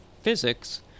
physics